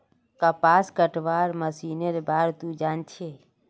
कपास कटवार मशीनेर बार तुई जान छि